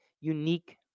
unique